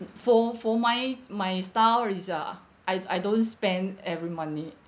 for for my my style is ah I I don't spend every money